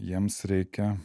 jiems reikia